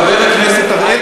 חבר הכנסת אראל,